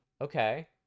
Okay